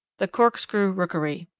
the corkscrew rookery.